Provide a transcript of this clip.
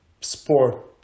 sport